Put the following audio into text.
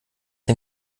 den